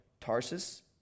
Tarsus